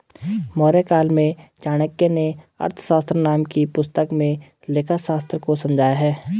मौर्यकाल में चाणक्य नें अर्थशास्त्र नाम की पुस्तक में लेखाशास्त्र को समझाया है